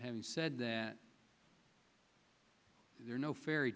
having said that there are no fairy